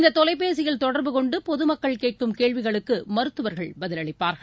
இந்த தொலைபேசியில் தொடர்பு கொன்டு பொதுமக்கள் கேட்கும் கேள்விகளுக்கு மருத்துவர்கள் பதிலளிப்பார்கள்